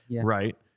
right